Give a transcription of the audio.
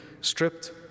stripped